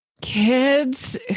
Kids